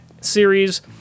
series